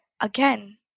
again